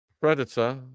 predator